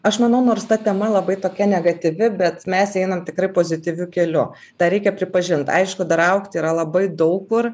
aš manau nors ta tema labai tokia negatyvi bet mes einam tikrai pozityviu keliu tą reikia pripažint aišku dar augti yra labai daug kur